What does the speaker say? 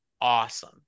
awesome